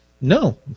No